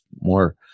more